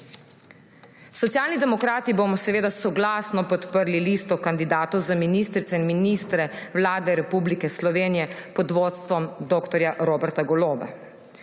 Socialni demokrati bomo seveda soglasno podprli listo kandidatov za ministrice in ministre Vlade Republike Slovenije pod vodstvom dr. Roberta Goloba.